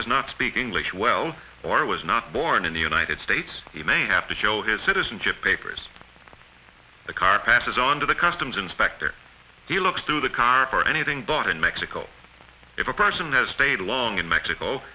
does not speak english well or was not born in the united states he may have to show his citizenship papers the car passes on to the customs inspector he looks to the car for anything bought in mexico if a person has stayed long in mexico